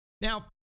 Now